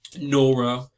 Nora